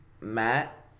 Matt